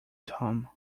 tom